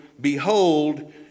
Behold